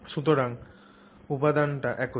সুতরাং উপাদানটি একই